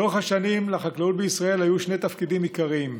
לאורך השנים לחקלאות בישראל היו שני תפקידים עיקריים,